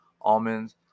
almonds